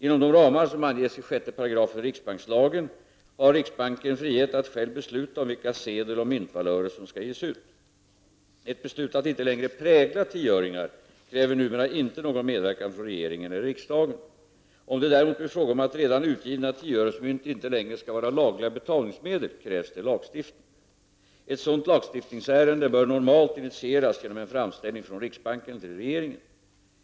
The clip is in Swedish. Inom de ramar som anges i 6 § riksbankslagen har riksbanken frihet att själv besluta om vilka sedeloch myntvalörer som skall ges ut. Ett beslut att inte längre prägla tioöringar kräver numera inte någon medverkan från regeringen eller riksdagen. Om det däremot blir fråga om att redan utgivna tioöresmynt inte längre skall vara lagliga betalningsmedel, krävs det lagstiftning. Ett sådant lagstiftningsärende bör normalt initieras genom en framställning från riksbanken till regeringen.